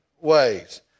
ways